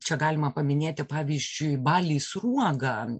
čia galima paminėti pavyzdžiui balį sruogą